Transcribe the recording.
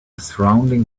surrounding